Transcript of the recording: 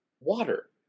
Water